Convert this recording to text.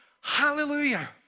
Hallelujah